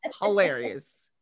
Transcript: hilarious